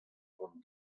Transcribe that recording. oant